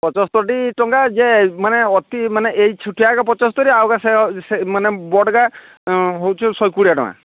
ପଞ୍ଚସ୍ତରି ଟଙ୍କା ଯେ ମାନେ ଅତି ମାନେ ଏଇ ଛୋଟିଆଟା ପଞ୍ଚସ୍ତରି ଆଉ ଗୋଟିଏ ସେମାନେ ବଡ଼ଟା ହେଉଛୁ ଶହେ କୋଡ଼ିଏ ଟଙ୍କା